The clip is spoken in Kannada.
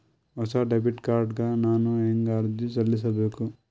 ಹೊಸ ಡೆಬಿಟ್ ಕಾರ್ಡ್ ಗ ನಾನು ಹೆಂಗ ಅರ್ಜಿ ಸಲ್ಲಿಸಬೇಕು?